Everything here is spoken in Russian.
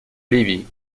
ливии